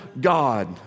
God